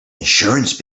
insurance